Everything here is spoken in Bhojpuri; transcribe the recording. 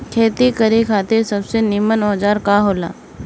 खेती करे खातिर सबसे नीमन औजार का हो ला?